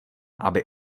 aby